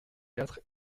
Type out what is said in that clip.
quatre